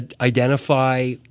identify